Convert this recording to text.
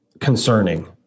concerning